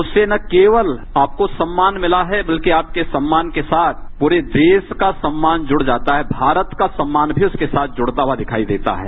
उससे न केवल आपको न सम्मान मिला है बल्कि आपके सम्मान के साथ पूरे देश का सम्मान जुड़ जाता है भारत का सम्मान भी उसके साथ जुड़ता हुआ दिखाई देता है